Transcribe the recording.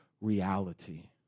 reality